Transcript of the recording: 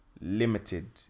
limited